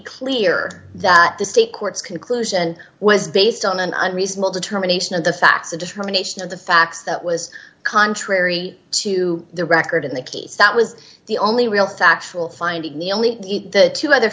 clear that the state courts conclusion was based on an unreasonable determination of the facts a determination of the facts that was contrary to the record in the case that was the only real factual finding the only eat the two other